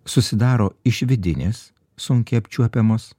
susidaro iš vidinės sunkiai apčiuopiamos